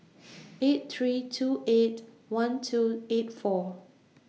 eight three two eight one two eight four